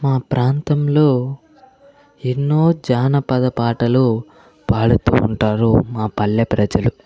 మా ప్రాంతంలో ఎన్నో జానపద పాటలు పాడుతూ ఉంటారు మా పల్లె ప్రజలు